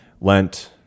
Lent